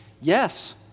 yes